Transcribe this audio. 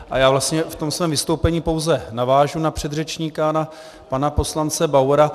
A já vlastně ve svém vystoupení pouze navážu na předřečníka, na pana poslance Bauera.